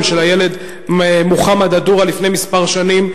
של הילד מוחמד א-דורה לפני כמה שנים.